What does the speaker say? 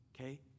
Okay